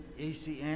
ACN